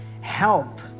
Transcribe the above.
help